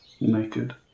naked